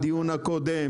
בדיון הקודם,